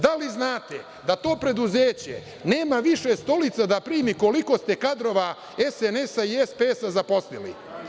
Da li znate da to preduzeće nema više stolica da primi koliko ste kadrova SNS i SPS zaposlili?